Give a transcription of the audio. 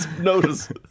notice